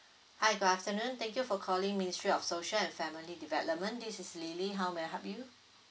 hi good afternoon thank you for calling ministry of social and family development this is lily how may I help you